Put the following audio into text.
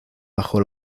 bajo